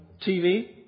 TV